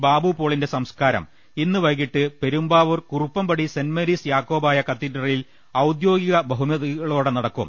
ബാബുപോളിന്റെ സംസ്കാരം ഇന്ന് വൈകിട്ട് പെരുമ്പാവൂർ കുറുപ്പംപടി സെന്റ് മേരീസ് യാക്കോബായ കത്തീഡ്രലിൽ ഔദ്യോഗിക ബഹുമതികളോടെ നടത്തും